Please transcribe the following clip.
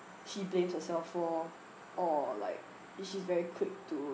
she blames herself for or like is she's very quick to